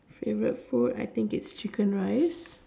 favorite food I think is chicken rice